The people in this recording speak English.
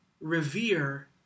revere